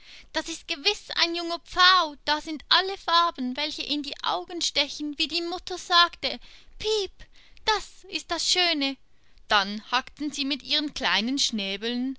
das ist gewiß ein junger pfau da sind alle farben welche in die augen stechen wie die mutter sagte piep das ist das schöne dann hackten sie mit ihren kleinen schnäbeln